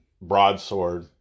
broadsword